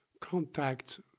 contact